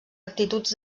actituds